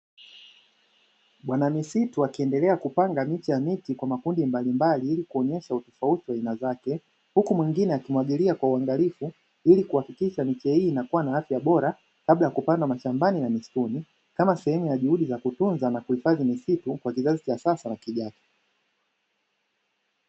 Wanamisitu wakiendelea kupanga miche ya miti kwa makundi mbalimbali ili kuonesha utofauti wa aina zake, huku mwingine akimwagilia kwa uangalifu ili kuakikisha miti hii inakuwa na afya bora kabla ya kupandwa mashambani na misituni kama sehemu ya kutunza na kuhufadhi misitu kwa kizazi cha sasa na kijacho.